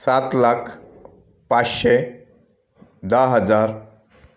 सात लाख पाचशे दहा हजार